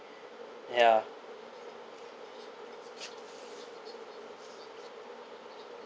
yeah